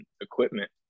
equipment